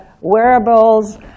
wearables